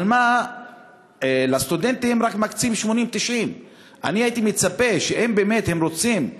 אבל לסטודנטים מקצים רק 80 90. אני הייתי מצפה שאם באמת הם רוצים,